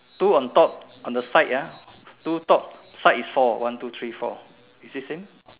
two on top on the side ah two top side is four one two three four is it same